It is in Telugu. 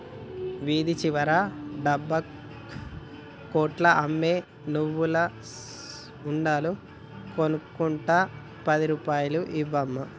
వీధి చివర డబ్బా కొట్లో అమ్మే నువ్వుల ఉండలు కొనుక్కుంట పది రూపాయలు ఇవ్వు అమ్మా